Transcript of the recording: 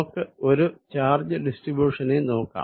നമുക്ക് ഒരു ചാർജ് ഡിസ്ട്രിബ്യുഷനെ നോക്കാം